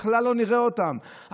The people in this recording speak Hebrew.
בכלל לא נראה אותם.